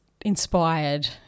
inspired